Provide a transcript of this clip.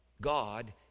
God